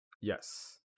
Yes